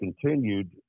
continued